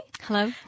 Hello